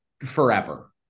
forever